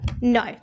No